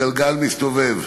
הגלגל מסתובב,